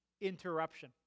interruption